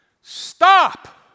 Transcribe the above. stop